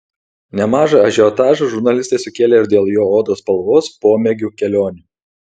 nemažą ažiotažą žurnalistai sukėlė ir dėl jo odos spalvos pomėgių kelionių